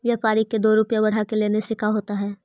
व्यापारिक के दो रूपया बढ़ा के लेने से का होता है?